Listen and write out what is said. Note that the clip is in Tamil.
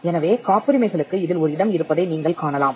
எனவே காப்புரிமைகளுக்கு இதில் ஒரு இடம் இருப்பதை நீங்கள் காணலாம்